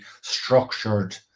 structured